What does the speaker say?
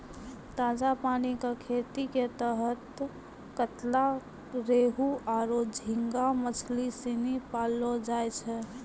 ताजा पानी कॅ खेती के तहत कतला, रोहूआरो झींगा मछली सिनी पाललौ जाय छै